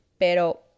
Pero